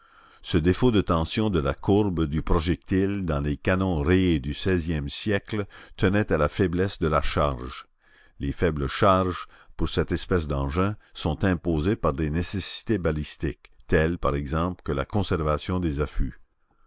ce défaut de tension de la courbe du projectile dans les canons rayés du seizième siècle tenait à la faiblesse de la charge les faibles charges pour cette espèce d'engins sont imposées par des nécessités balistiques telles par exemple que la conservation des affûts